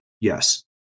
Yes